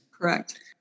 correct